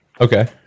Okay